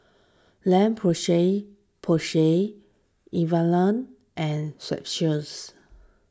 La Porsay Porsay and Strepsils